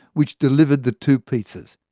which delivered the two pizzas.